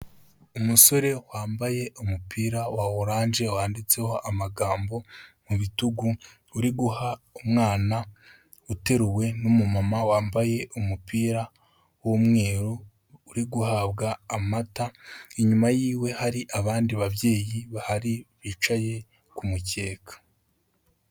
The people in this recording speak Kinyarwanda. Umusore wambaye umupira wa oranje, wanditseho amagambo mu bitugu, uri guha umwana uteruwe n'umumama wambaye umupira w'umweru, uri guhabwa amata, inyuma y'iwe hari abandi babyeyi bahari, bicaye kumukeka.